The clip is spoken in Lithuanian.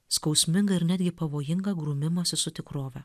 skausmingą ir netgi pavojingą grūmimąsi su tikrove